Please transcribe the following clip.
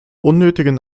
unnötigen